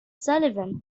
sullivan